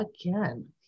again